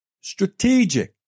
strategic